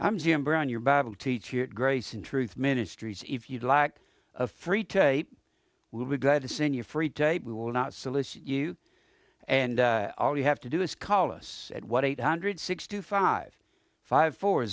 i'm jim brown your bible teacher grace and truth ministries if you like a free tape will be glad to send your free tape we will not solicit you and all you have to do is call us at what eight hundred sixty five five four